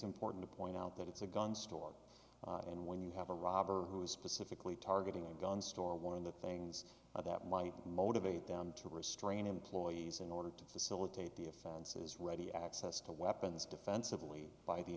important to point out that it's a gun store and when you have a robber who is specifically targeting a gun store one of the things that might motivate them to restrain employees in order to facilitate the offense is ready access to weapons defensively